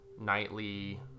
nightly